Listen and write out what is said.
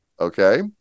Okay